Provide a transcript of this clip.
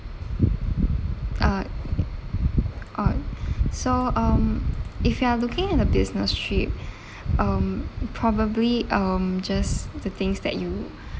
uh oh so um if you are looking at the business trip um probably um just the things that you